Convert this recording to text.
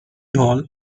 hall